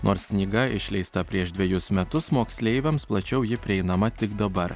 nors knyga išleista prieš dvejus metus moksleiviams plačiau ji prieinama tik dabar